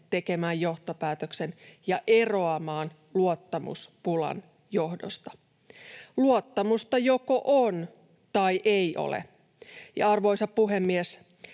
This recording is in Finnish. tekemään johtopäätöksen ja eroamaan luottamuspulan johdosta. Luottamusta joko on tai ei ole. Arvoisa puhemies!